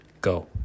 go